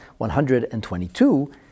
122